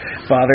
Father